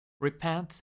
Repent